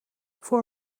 voor